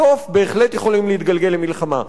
בסוף בהחלט יכולים להתגלגל למלחמה.